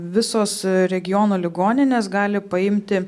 visos regiono ligoninės gali paimti